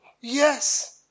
Yes